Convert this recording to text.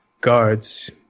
guards